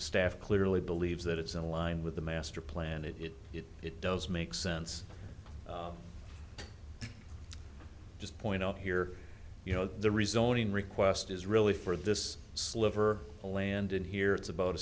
staff clearly believes that it's in line with the master plan it is if it does make sense just point out here you know the rezoning request is really for this sliver of land and here it's about